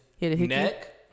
neck